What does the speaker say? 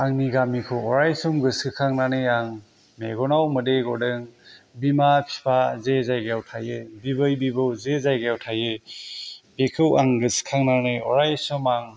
आंनि गामिखौ अराय सम गोसोखांनानै आं मेगनाव मोदै गदों बिमा बिफा जे जायगायाव थायो बिबै बिबौ जे जायगायाव थायो बेखौ आं गोसो खांनानै अराय सम आं